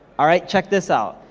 alright, check this out,